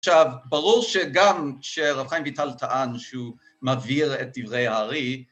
‫עכשיו, ברור שגם כשהרב חיים ויטל טען ‫שהוא מעביר את דברי האר"י,